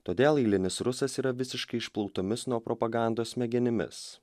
todėl eilinis rusas yra visiškai išplautomis nuo propagandos smegenimis